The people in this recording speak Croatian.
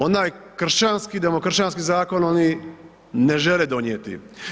Onaj kršćanski, demokršćanski zakon oni ne žele donijeti.